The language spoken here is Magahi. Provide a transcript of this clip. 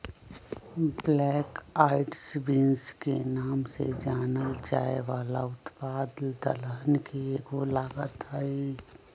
ब्लैक आईड बींस के नाम से जानल जाये वाला उत्पाद दलहन के एगो लागत हई